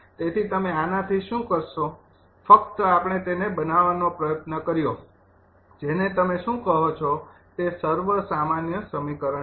તેથી તમે આનાથી શું કરશો ફક્ત આપણે તેને બનાવવાનો પ્રયત્ન કર્યો જેને તમે શું કહો છો તે સર્વસામાન્ય સમીકરણ છે